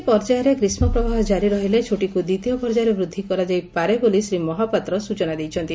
ପରବର୍ଉୀ ପର୍ଯ୍ୟାୟରେ ଗ୍ରୀଷ୍କପ୍ରବାହ କାରି ରହିଲେ ଛୁଟିକୁ ଦ୍ୱିତୀୟ ପର୍ଯ୍ୟାୟରେ ବୃଦ୍ଧି କରାଯାଇପାରେ ବୋଲି ଶ୍ରୀ ମହାପାତ୍ର ସୂଚନା ଦେଇଛନ୍ତି